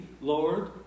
Lord